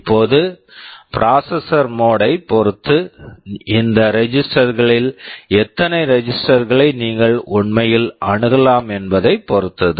இப்போது processor mode processor mode ஐப் பொறுத்து இந்த ரெஜிஸ்டெர் register களில் எத்தனை ரெஜிஸ்டெர் register களை நீங்கள் உண்மையில் அணுகலாம் என்பதைப் பொறுத்தது